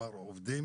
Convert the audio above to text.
כלומר עובדים